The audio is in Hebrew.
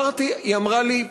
היא אמרה לי,